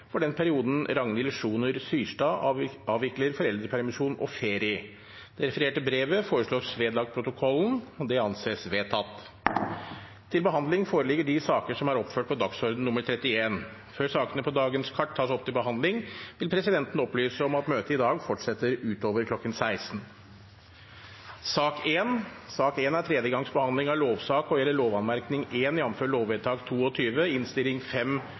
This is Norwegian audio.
for den perioden Ragnhild Sjoner Syrstad avvikler foreldrepermisjon og ferie.» Det refererte brevet foreslås vedlagt protokollen. – Det anses vedtatt. Før sakene på dagens kart tas opp til behandling, vil presidenten opplyse om at møtet i dag fortsetter utover kl. 16. Ingen har bedt om ordet. Sakene nr. 2–4 vil bli behandlet under ett. Ingen har bedt om ordet. Sakene nr. 5–6 vil bli behandlet under ett. Etter ønske fra utdannings- og